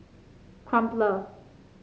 Crumpler